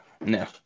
No